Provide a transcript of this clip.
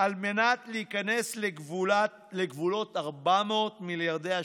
על מנת להיכנס לגבולות ה-400 מיליארדי שקלים"